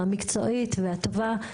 המקצועית והטובה,